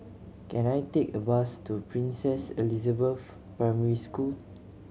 can I take a bus to Princess Elizabeth Primary School